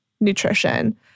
nutrition